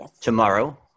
Tomorrow